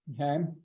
Okay